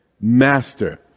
master